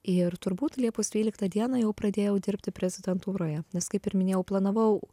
ir turbūt liepos dvyliktą dieną jau pradėjau dirbti prezidentūroje nes kaip ir minėjau planavau